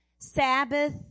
Sabbath